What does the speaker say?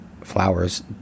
flowers